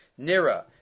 Nira